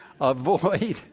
Avoid